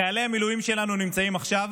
חיילי המילואים שלנו נמצאים עכשיו,